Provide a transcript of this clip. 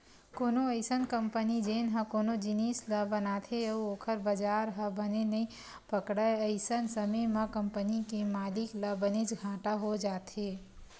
कोनो अइसन कंपनी जेन ह कोनो जिनिस ल बनाथे अउ ओखर बजार ह बने नइ पकड़य अइसन समे म कंपनी के मालिक ल बनेच घाटा हो जाथे